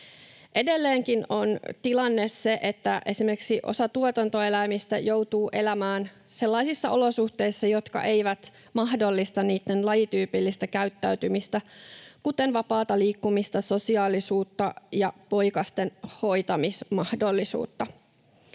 Edelleenkin on tilanne se, että esimerkiksi osa tuotantoeläimistä joutuu elämään sellaisissa olosuhteissa, jotka eivät mahdollista niitten lajityypillistä käyttäytymistä, kuten vapaata liikkumista, sosiaalisuutta ja poikasten hoitamismahdollisuutta.